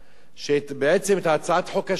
כי את הצעת החוק השנייה שלי,